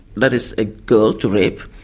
that is a girl to rape,